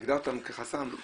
שהגדרת כחסם,